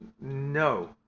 no